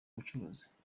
ubucuruzi